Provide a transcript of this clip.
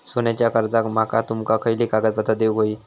सोन्याच्या कर्जाक माका तुमका खयली कागदपत्रा देऊक व्हयी?